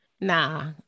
Nah